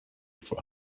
for